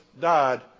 died